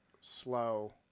slow